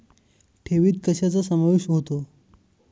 ठेवीत कशाचा समावेश होतो?